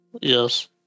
Yes